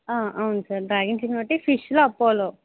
ఆ అవును sir dragon chicken ఒకటి ఫిష్లో అపోలో